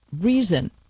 reason